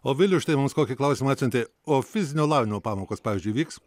o vilius štai mums kokį klausimą atsiuntė o fizinio lavinimo pamokos pavyzdžiui vyks